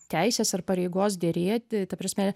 teisės ir pareigos derėti ta prasme